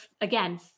again